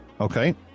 Okay